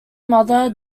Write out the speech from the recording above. mother